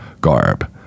garb